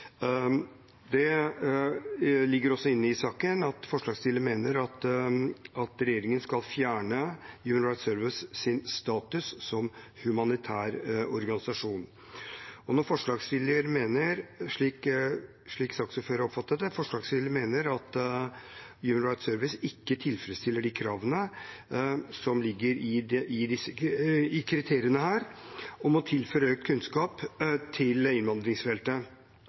Det ligger også inne i saken at forslagsstiller mener regjeringen skal fjerne Human Rights Service sin status som humanitær organisasjon. Forslagsstiller mener – slik saksordfører har oppfattet det – at Human Rights Service ikke tilfredsstiller de kravene som ligger i kriteriene om å tilføre økt kunnskap til innvandringsfeltet.